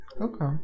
Okay